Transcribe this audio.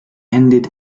ended